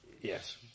yes